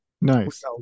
nice